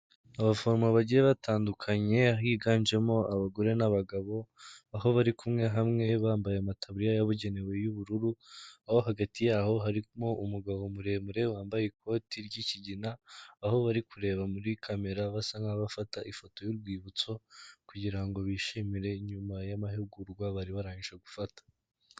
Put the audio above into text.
Abaforomo bagiye batandukanye higanjemo abagore n'abagabo, aho bari kumwe hamwe bambaye amataburiya yabugenewe y'ubururu, aho hagati yaho harimo umugabo muremure wambaye ikoti ry'ikigina, aho bari kureba muri kamera basa nka bafata ifoto y'urwibutso kugira ngo bishimire nyuma y'amahugurwa bari barangije gufata.